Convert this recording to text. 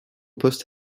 poste